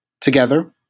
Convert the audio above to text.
Together